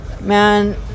Man